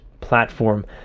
platform